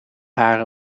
haar